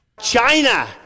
china